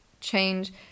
change